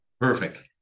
perfect